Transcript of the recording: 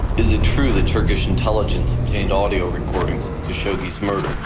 is it true that turkish intelligence obtained audio recordings to khashoggi's murder?